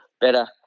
better